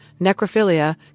necrophilia